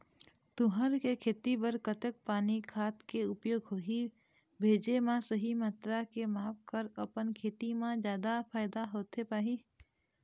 तुंहर के खेती बर कतेक पानी खाद के उपयोग होही भेजे मा सही मात्रा के माप कर अपन खेती मा जादा फायदा होथे पाही?